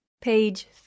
Page